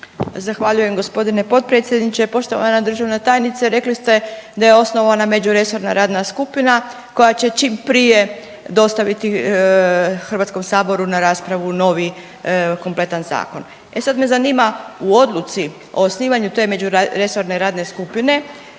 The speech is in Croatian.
Zahvaljujem gospodine potpredsjedniče. Poštovana državna tajnice rekli ste da je osnovana međuresorna radna skupina koja će čim prije dostaviti Hrvatskom saboru na raspravu novi kompletan zakon. E sad me zanima u odluci o osnivanju te međuresorne radne skupine